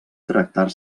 tractar